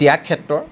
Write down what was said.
ত্যাগ ক্ষেত্ৰ